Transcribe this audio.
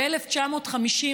ב-1950,